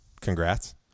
Congrats